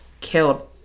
killed